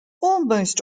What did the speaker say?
almost